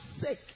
sick